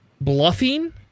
bluffing